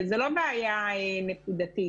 זו לא בעיה נקודתית,